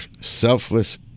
selfless